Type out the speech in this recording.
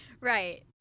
Right